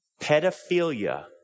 Pedophilia